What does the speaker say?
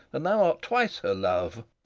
and thou art twice her love.